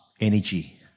energy